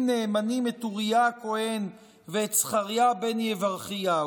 נאמנים את אוריה הכהן ואת זכריה בן יברכיהו,